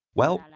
well,